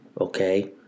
okay